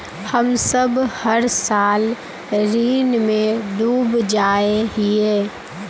हम सब हर साल ऋण में डूब जाए हीये?